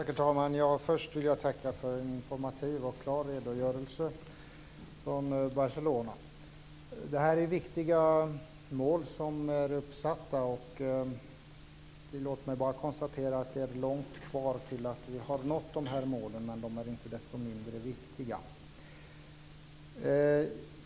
Herr talman! Först vill jag tacka för en informativ och klar redogörelse från Barcelona. Det är viktiga mål som är uppsatta. Tillåt mig konstatera att det är långt kvar innan vi har nått målen, men de är inte desto mindre viktiga.